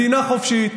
מדינה חופשית,